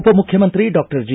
ಉಪಮುಖ್ಯಮಂತ್ರಿ doctor G